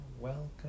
welcome